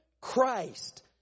Christ